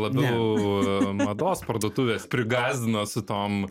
labiau mados parduotuvės prigąsdino su tom